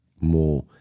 more